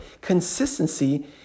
consistency